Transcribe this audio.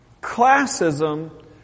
classism